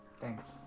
Thanks